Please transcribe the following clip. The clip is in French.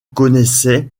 connaissaient